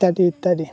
ইত্যাদি ইত্যাদি